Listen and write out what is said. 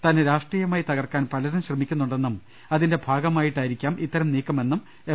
തന്നെ രാഷ്ട്രീയമായി തകർക്കാൻ പലരും ശ്രമിക്കുന്നുണ്ടെന്നും അതിന്റെ ഭാഗമായിട്ടാ യിരിക്കാം ഇത്തരം നീക്കമെന്നും എം